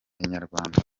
inyarwanda